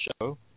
show